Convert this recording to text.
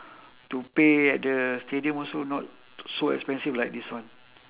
to pay at the stadium also not so expensive like this one